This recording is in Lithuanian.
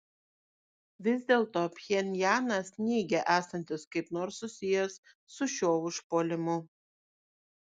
vis dėlto pchenjanas neigia esantis kaip nors susijęs su šiuo užpuolimu